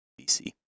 BC